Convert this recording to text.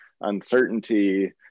uncertainty